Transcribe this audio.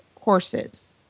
Horses